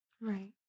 Right